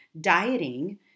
dieting